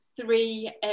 three